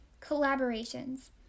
collaborations